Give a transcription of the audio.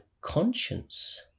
conscience